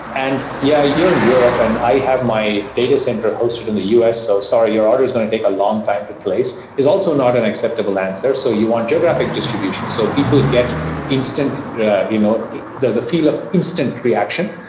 and yeah, you're in europe and i have my data center hosted in the u s. so, sorry, your order is going to take a long-time to place, is also not an acceptable answer. so you want geographic distribution. so people get instant you know the the feel of instant reaction,